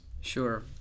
Sure